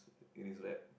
in his rap